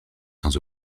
sans